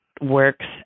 works